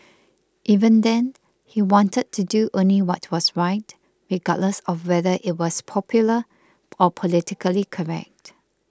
even then he wanted to do only what was right regardless of whether it was popular or politically correct